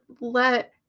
let